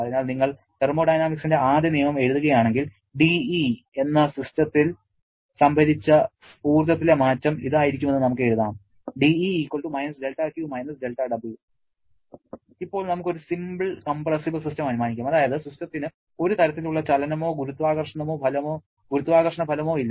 അതിനാൽ നിങ്ങൾ തെർമോഡൈനാമിക്സിന്റെ ആദ്യ നിയമം എഴുതുകയാണെങ്കിൽ dE എന്ന സിസ്റ്റത്തിൽ സംഭരിച്ച ഊർജ്ജത്തിലെ മാറ്റം ഇതായിരിക്കുമെന്ന് നമുക്ക് എഴുതാം dE - δQ - δW ഇപ്പോൾ നമുക്ക് ഒരു സിംപിൾ കംപ്രസിബിൾ സിസ്റ്റം അനുമാനിക്കാം അതായത് സിസ്റ്റത്തിന് ഒരു തരത്തിലുള്ള ചലനമോ ഗുരുത്വാകർഷണ ഫലമോ ഇല്ല